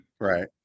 Right